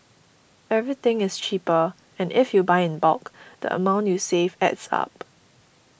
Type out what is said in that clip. everything is cheaper and if you buy in bulk the amount you save adds up